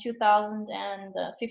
2015